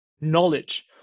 knowledge